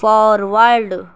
forward